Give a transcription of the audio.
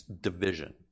division